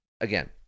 again